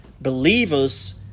Believers